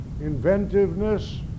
inventiveness